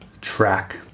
track